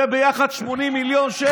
זה ביחד 80 מיליון שקל.